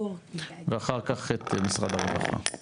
ואחר כך את משרד הרווחה.